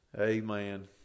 amen